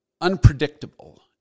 unpredictable